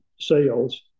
sales